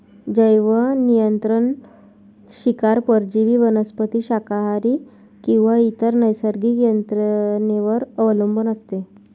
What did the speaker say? जैवनियंत्रण शिकार परजीवी वनस्पती शाकाहारी किंवा इतर नैसर्गिक यंत्रणेवर अवलंबून असते